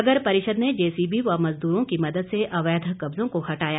नगर परिषद ने जेसीबी व मजदूरों की मदद से अवैध कब्जों को हटाया